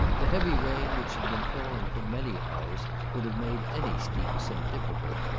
the heavy rain which had been falling for many hours would have made any steep ascent difficult,